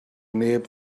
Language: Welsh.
neb